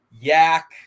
yak